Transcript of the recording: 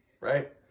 Right